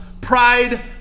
Pride